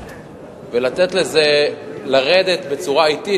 ולתת לזה לרדת בצורה אטית,